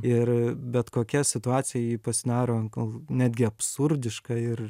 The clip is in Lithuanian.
ir bet kokia situacija ji pasidaro gal netgi absurdiška ir